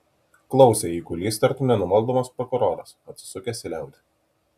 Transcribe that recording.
klausė eigulys tartum nenumaldomas prokuroras atsisukęs į liaudį